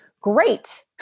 great